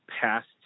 past